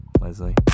Leslie